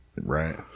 Right